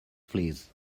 fleas